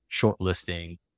shortlisting